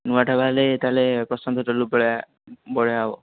ନୂଆ ଢାବା ହେଲେ ତା'ହେଲେ ପ୍ରଶାନ୍ତ ହୋଟେଲ୍କୁ ପଳେଇବା ବଢ଼ିଆ ହେବ